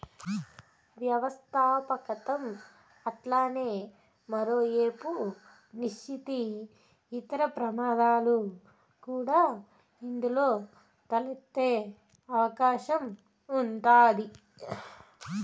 వ్యవస్థాపకతం అట్లనే మరో ఏపు అనిశ్చితి, ఇతర ప్రమాదాలు కూడా ఇందులో తలెత్తే అవకాశం ఉండాది